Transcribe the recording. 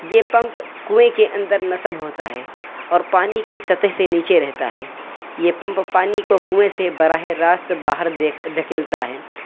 یہ پمپ کنویں کے اندر نصب ہوتا ہے اور پانی کی سطح سے نیچے رہتا ہے یہ پمپ پانی کو کنویں سے براہ راست باہر دھکیلتا ہے